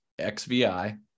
xvi